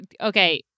Okay